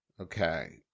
Okay